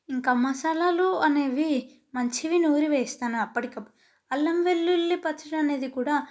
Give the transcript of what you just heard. ఇంకా మసాలాలు అనేవి మంచివి నూరి వేస్తాను అప్పటికప్పుడు అల్లంవెల్లుల్లి పచ్చడి అనేది కూడా